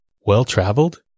well-traveled